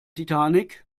titanic